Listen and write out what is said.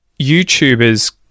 YouTubers